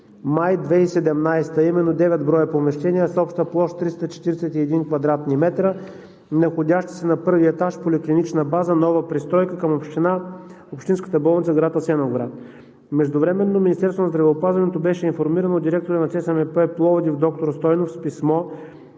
май 2017 г., а именно девет броя помещения с обща площ 341 кв. м, находящи се на първия етап в Поликлинична база, нова пристройка към Общинската болница – град Асеновград. Междувременно Министерството на здравеопазването беше информирано от директора на ЦСМП – Пловдив, доктор Стойнев, с писмо,